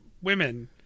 women